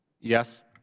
Yes